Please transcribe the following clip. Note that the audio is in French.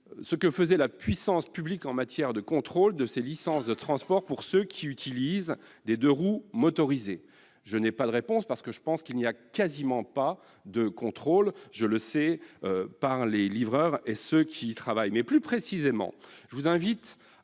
ce que faisait la puissance publique en matière de contrôle des licences de transport pour les utilisateurs de deux-roues motorisés. Je n'ai reçu aucune réponse, sûrement parce qu'il n'y a quasiment pas de contrôle : je le sais par les livreurs et par ceux qui travaillent à vélo. Plus précisément, je vous invite